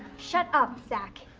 shut up, zach.